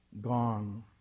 Gone